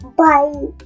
bye